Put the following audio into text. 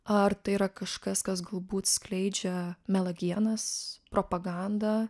ar tai yra kažkas kas galbūt skleidžia melagienas propagandą